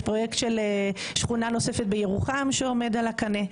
יש פרויקט של שכונה נוספת בירוחם שעומד על הקנה.